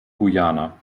guyana